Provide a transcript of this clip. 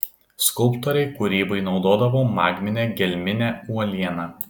skulptoriai kūrybai naudodavo magminę gelminę uolieną